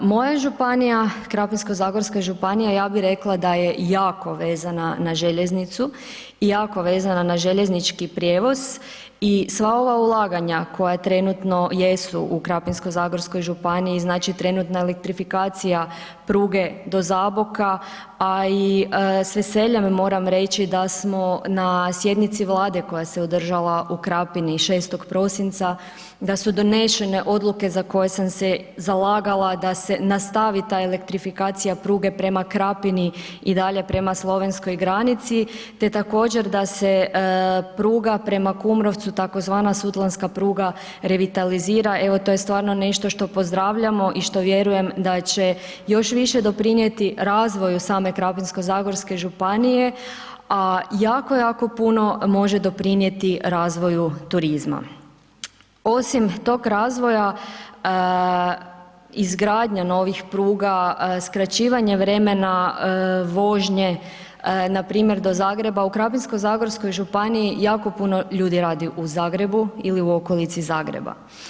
Moja županija, Krapinsko-zagorska županija, ja bi rekla da je jako vezana na željeznicu i jako vezana na željeznički prijevoz i sva ova ulaganja koja trenutno jesu u Krapinsko-zagorskoj županiji, znači trenutna elektrifikacija pruge do Zaboka a i s veseljem moram reći da smo na sjednici Vlade koja se održala u Krapini 6. prosinca, da su donešene odluke za koje sam se zalagala da se nastaviti ta elektrifikacija pruge prema Krapini i dalje prema slovenskoj granici te također da se pruga prema Kumrovcu, tzv. sutlanska pruga revitalizira, evo to je stvarno nešto što pozdravljamo i što vjerujem da će još više doprinijeti razvoju same Krapinsko-zagorske županije a jako, jako puno može doprinijeti razvoju turizma, osim tog razvoja, izgradnja novih pruga, skraćivanje vremena vožnje, npr. do Zagreba, u Krapinsko-zagorskoj županiji jako puno ljudi radi u Zagrebu ili u okolici Zagreba.